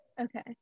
Okay